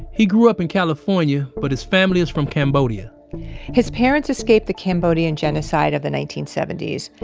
he grew up in california, but his family is from cambodia his parents escaped the cambodian genocide of the nineteen seventy s.